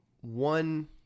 one